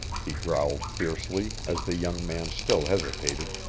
he growled fiercely, as the young man still hesitated.